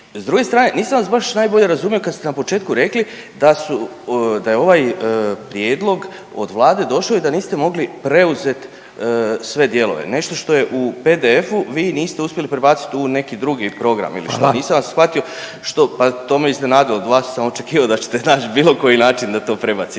S druge strane, nisam vas baš najbolje razumio kad ste na početku rekli da su, da je ovaj prijedlog od Vlade došao i da niste mogli preuzeti sve dijelove. Nešto što je u PDF-u vi niste uspjeli prebaciti u neki drugi program ili što, nisam … .../Upadica: Hvala./... … vas shvatio, što, pa to me iznenadilo od vas sam očekivao da ćete naći bilo koji način da to prebacite